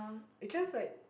Ikea's like